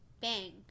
Bang